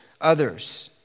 others